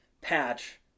patch